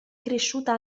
cresciuta